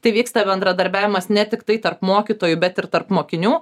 tai vyksta bendradarbiavimas ne tiktai tarp mokytojų bet ir tarp mokinių